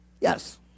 Yes